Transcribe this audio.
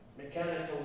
Mechanical